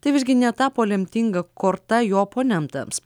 tai visgi netapo lemtinga korta jo oponentams